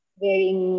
wearing